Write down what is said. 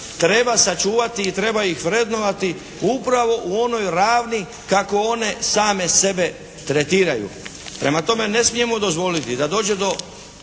treba sačuvati i treba ih vrednovati upravo u onoj ravni kako one same sebe tretiraju. Prema tome ne smijemo dozvoliti da dođe neću